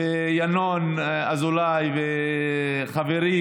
ינון אזולאי, וחברי